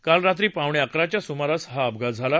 काल रात्री पावणे अकराच्या सुमारास हा अपघात झाला